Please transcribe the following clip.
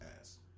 ass